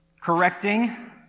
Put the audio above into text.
correcting